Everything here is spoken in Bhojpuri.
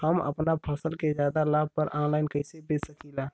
हम अपना फसल के ज्यादा लाभ पर ऑनलाइन कइसे बेच सकीला?